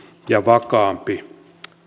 ja vakaampi maailma